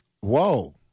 Whoa